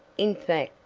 in fact,